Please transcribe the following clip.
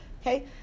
Okay